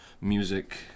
music